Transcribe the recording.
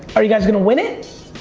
are you guys gonna win it?